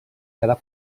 quedar